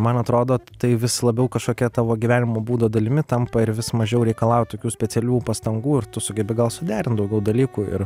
man atrodo tai vis labiau kažkokia tavo gyvenimo būdo dalimi tampa ir vis mažiau reikalau tokių specialių pastangų ir tu sugebi gal suderint daugiau dalykų ir